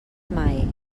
mai